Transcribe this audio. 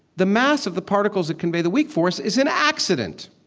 the mass of the particles that convey the weak force is an accident.